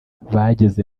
bageze